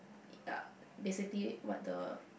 uh basically mut the